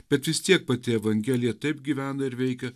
bet vis tiek pati evangelija taip gyvena ir veikia